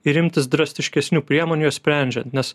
ir imtis drastiškesnių priemonių jas sprendžiant nes